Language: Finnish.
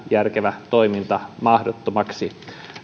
järkevää toimintaa mahdottomaksi